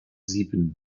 sieben